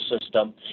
System